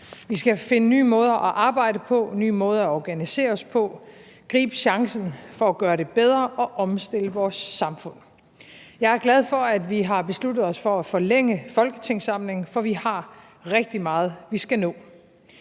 Vi skal finde nye måder at arbejde på, nye måder at organisere os på, gribe chancen for at gøre det bedre og omstille vores samfund. Jeg er glad for, at vi har besluttet os for at forlænge folketingssamlingen, for vi har rigtig meget, vi skal nå.